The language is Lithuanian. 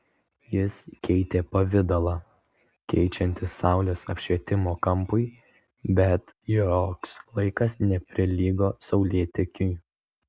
jis keitė pavidalą keičiantis saulės apšvietimo kampui bet joks laikas neprilygo saulėtekiui